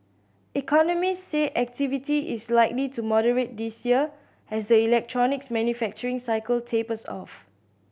economists say activity is likely to moderate this year as the electronics manufacturing cycle tapers off